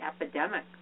epidemic